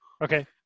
Okay